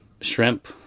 Shrimp